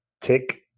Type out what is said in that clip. Tick